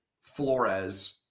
Flores